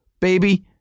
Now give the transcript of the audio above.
baby